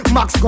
Max